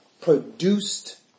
produced